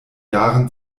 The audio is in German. jahren